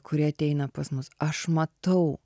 kurie ateina pas mus aš matau